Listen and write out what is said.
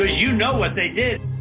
ah you know what they did.